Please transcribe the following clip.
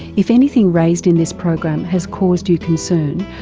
if anything raised in this program has caused you concern,